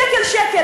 שקל-שקל,